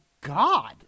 God